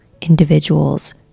individuals